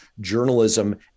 journalism